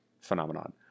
phenomenon